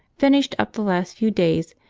finished up the last few days,